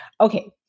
okay